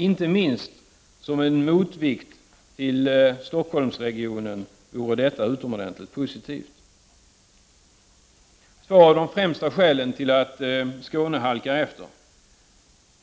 Inte minst som en motvikt till Stockholmsregionen vore detta utomordentligt positivt. Två av de främsta skälen till att Skåne halkar efter är att